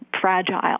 fragile